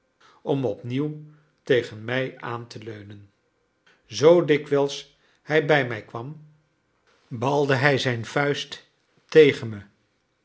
om opnieuw tegen mij aan te leunen zoo dikwijls hij bij mij kwam balde hij zijn vuist tegen me